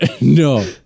No